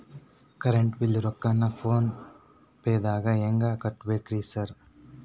Current bill ರೊಕ್ಕಾನ phone ಪೇದಾಗ ಹೆಂಗ್ ಕಟ್ಟಬೇಕ್ರಿ ಸರ್?